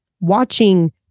Watching